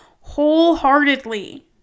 wholeheartedly